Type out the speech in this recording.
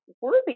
Worthy